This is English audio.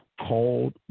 called